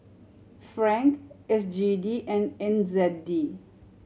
Franc S G D and N Z D